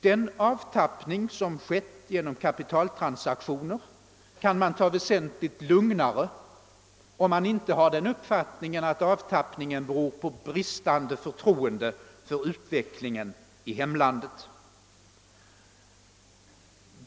Den avtappning som sker genom kapitaltransaktioner kan man ta betydligt lugnare, om man inte har den uppfattningen att avtappningen beror på bristande förtroende för utvecklingen i hemlandet.